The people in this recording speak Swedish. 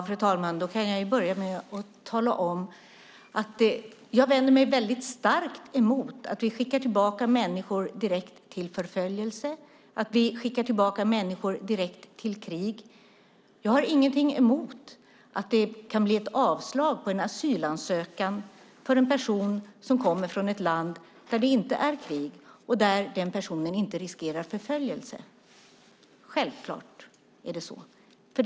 Fru talman! Jag vänder mig starkt emot att vi skickar tillbaka människor direkt till förföljelse, att vi skickar tillbaka människor direkt till krig. Jag har inget emot att det kan bli ett avslag på en asylansökan för en person som kommer från ett land där det inte är krig och där den personen inte riskerar förföljelse. Självklart är det så.